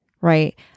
right